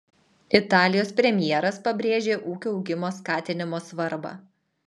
italijos premjeras pabrėžė ūkio augimo skatinimo svarbą